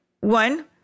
One